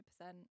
percent